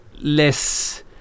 less